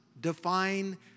define